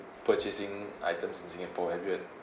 purchasing items in singapore have you